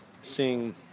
seeing